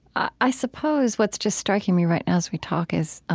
i suppose what's just striking me right now, as we talk, is,